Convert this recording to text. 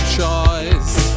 choice